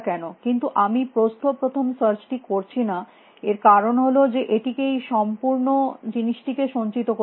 কিন্তু আমি প্রস্থ প্রথম সার্চটি করছি না এর কারণ হল যে এটিকে এই সম্পূর্ণ জিনিসটিকে সঞ্চিত করতে হবে